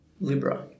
Libra